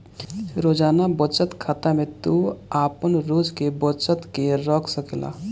रोजाना बचत खाता में तू आपन रोज के बचत के रख सकेला